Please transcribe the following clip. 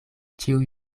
ĉiuj